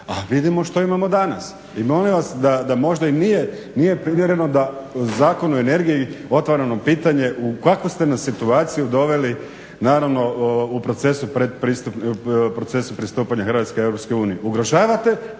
a vidimo što imamo danas. I molim vas da možda im nije, nije primjereno da Zakon o energiji otvara nam pitanje u kakvu ste nas situaciju doveli, naravno u procesu pristupanja Hrvatske Europskoj